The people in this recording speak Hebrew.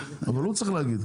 אבל הוא צריך להגיד.